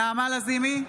נעמה לזימי,